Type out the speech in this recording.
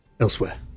elsewhere